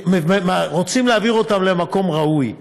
רוצים להעביר אותם למקום ראוי.